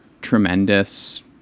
tremendous